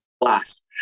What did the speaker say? blast